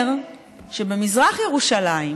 אני, איך אומרים אצלכם,